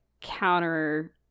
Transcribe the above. counter